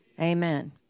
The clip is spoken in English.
Amen